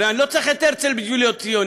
אבל אני לא צריך את הרצל בשביל להיות ציוני.